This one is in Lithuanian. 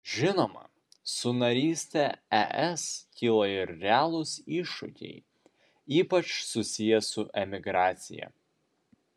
žinoma su naryste es kyla ir realūs iššūkiai ypač susiję su emigracija